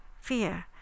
fear